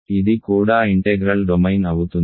ఇది కూడా integral domain అవుతుంది